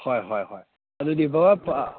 ꯍꯣꯏ ꯍꯣꯏ ꯍꯣꯏ ꯑꯗꯨꯗꯤ ꯕꯕꯥ